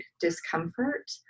discomfort